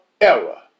error